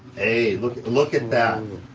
hey look look at that.